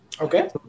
Okay